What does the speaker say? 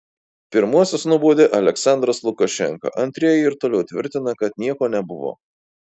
pirmuosius nubaudė aliaksandras lukašenka antrieji ir toliau tvirtina kad nieko nebuvo